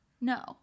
No